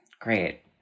great